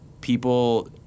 people